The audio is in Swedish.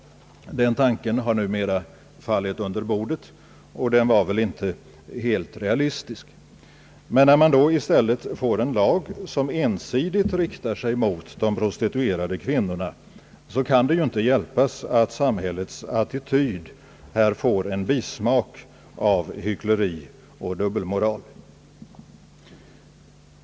Den tanken har numera fallit under bordet, och den var väl inte heller helt realistisk. Men när man då i stället får en lag som ensidigt riktar sig mot de prostituerade kvinnorna, kan det ju inte hjälpas att samhällets attityd här får en bismak av hyckleri och dubbelmoral.